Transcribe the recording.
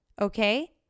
Okay